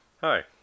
Hi